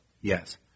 Yes